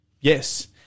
yes